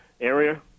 area